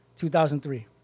2003